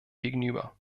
gegenüber